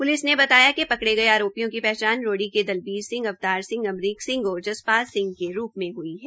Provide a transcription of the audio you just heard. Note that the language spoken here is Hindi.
प्लिस ने बताया कि पकड़े गये आरोपियों की पहचान रोड़ी के दलबीर सिंह अवतार सिंह अमरीक सिंह और जसपाल सिंह के रूप में हुई है